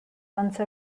once